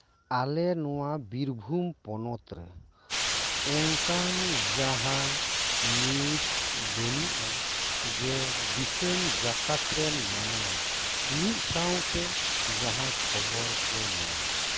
ᱟᱞᱮ ᱱᱚᱶᱟ ᱵᱤᱨᱵᱷᱩᱢ ᱯᱚᱱᱚᱛ ᱨᱮ ᱚᱱᱠᱟᱱ ᱡᱟᱦᱟᱸ ᱱᱤᱭᱩᱡᱽ ᱵᱟᱹᱱᱩᱜᱼᱟ ᱡᱮᱹ ᱫᱤᱥᱚᱢ ᱡᱟᱠᱟᱛ ᱨᱮᱱ ᱢᱟᱱᱣᱟ ᱢᱤᱫᱥᱟᱶᱛᱮ ᱡᱟᱦᱟᱸ ᱠᱷᱚᱵᱚᱨ ᱠᱚ ᱧᱟᱢᱟ